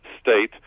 state